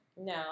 no